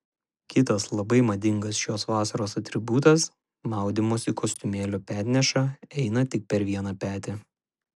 kitas labai madingas šios vasaros atributas maudymosi kostiumėlio petneša eina tik per vieną petį